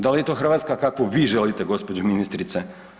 Dal je to Hrvatska kakvu vi želite gđo. ministrice?